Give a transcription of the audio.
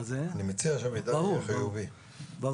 ברור.